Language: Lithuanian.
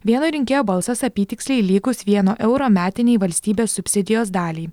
vieno rinkėjo balsas apytiksliai lygus vieno euro metinei valstybės subsidijos daliai